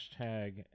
hashtag